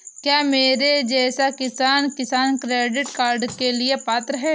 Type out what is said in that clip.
क्या मेरे जैसा किसान किसान क्रेडिट कार्ड के लिए पात्र है?